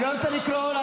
אני לא רוצה לקרוא.